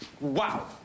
Wow